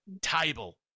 table